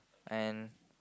and